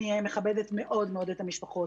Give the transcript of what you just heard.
אני מכבדת מאוד מאוד את המשפחות.